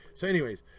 so anyways,